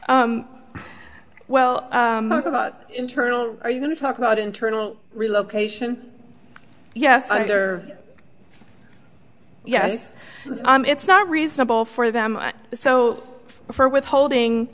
well about internal are you going to talk about internal relocation yes either yes it's not reasonable for them so for withholding